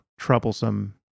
troublesome